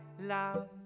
love